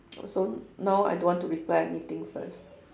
so now I don't want to reply anything first